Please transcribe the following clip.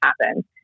happen